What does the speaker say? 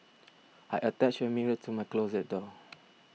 I attached a mirror to my closet door